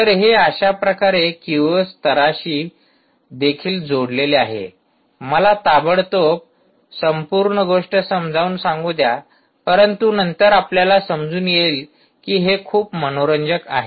तर हे अशा प्रकारे क्यूओएस स्तराशी देखील जोडलेले आहे मला ताबडतोब संपूर्ण गोष्ट समजावून सांगू द्या परंतु नंतर आपल्याला समजून येईल की हे खूप मनोरंजक आहे